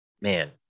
man